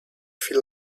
feel